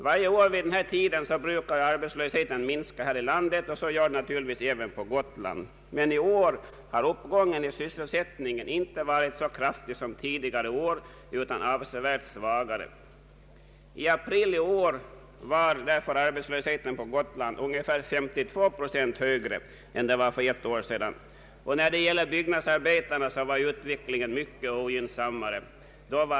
Varje år vid denna tid brukar arbetslösheten minska i landet och naturligtvis även på Gotland, men i år har uppgången i sysselsättningen inte varit så kraftig som tidigare år utan avsevärt svagare. I april i år var arbetslösheten på Gotland ungefär 52 procent högre än för ett år sedan. När det gäller byggnadsarbetarna har utvecklingen varit mycket ogynnsammare.